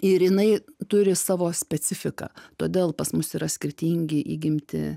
ir jinai turi savo specifiką todėl pas mus yra skirtingi įgimti